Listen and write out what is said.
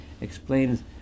explains